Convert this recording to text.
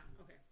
Okay